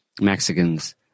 Mexicans